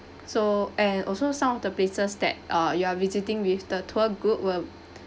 so and also some of the places that uh you are visiting with the tour group will